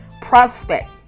Prospect